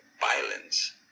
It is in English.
violence